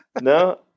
No